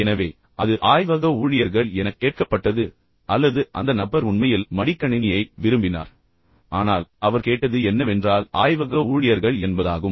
எனவே அது ஆய்வக ஊழியர்கள் என கேட்கப்பட்டது அல்லது அந்த நபர் உண்மையில் மடிக்கணினியை விரும்பினார் ஆனால் அவர் கேட்டது என்னவென்றால் ஆய்வக ஊழியர்கள் என்பதாகும்